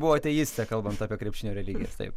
buvo ateistė kalbant apie krepšinio religiją taip